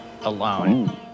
alone